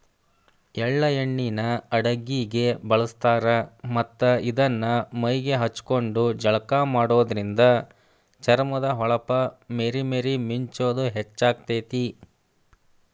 ಎಳ್ಳ ಎಣ್ಣಿನ ಅಡಗಿಗೆ ಬಳಸ್ತಾರ ಮತ್ತ್ ಇದನ್ನ ಮೈಗೆ ಹಚ್ಕೊಂಡು ಜಳಕ ಮಾಡೋದ್ರಿಂದ ಚರ್ಮದ ಹೊಳಪ ಮೇರಿ ಮೇರಿ ಮಿಂಚುದ ಹೆಚ್ಚಾಗ್ತೇತಿ